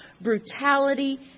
brutality